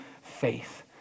faith